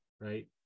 right